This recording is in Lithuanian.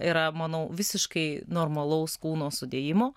yra manau visiškai normalaus kūno sudėjimo